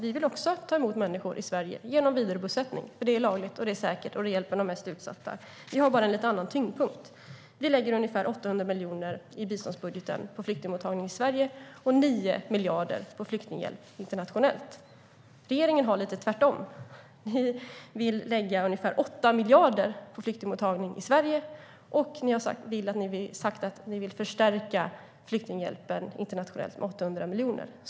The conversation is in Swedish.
Vi vill också ta emot människor i Sverige genom vidarebosättning. Det är lagligt, det är säkert och det hjälper de mest utsatta. Vi har bara en lite annorlunda tyngdpunkt. Vi lägger ungefär 800 miljoner i biståndsbudgeten på flyktingmottagning i Sverige och 9 miljarder på flyktinghjälp internationellt. Regeringen gör lite tvärtom - ni vill lägga ungefär 8 miljarder på flyktingmottagning i Sverige, och ni har sagt att ni vill förstärka flyktinghjälpen internationellt med 800 miljoner.